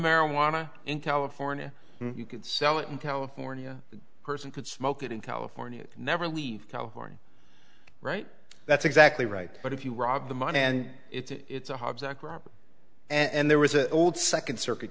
marijuana in california you could sell it in california a person could smoke it in california and never leave california right that's exactly right but if you rob the money and it's a hobby and there was an old second circuit